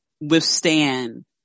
withstand